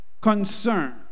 concern